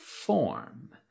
form